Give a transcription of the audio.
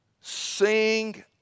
Sing